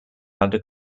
under